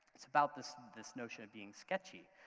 it's about this this notion of being sketchy,